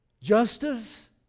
Justice